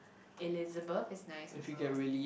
Elizabeth is nice also